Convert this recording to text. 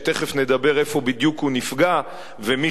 ותיכף נדבר איפה בדיוק הוא נפגע ומי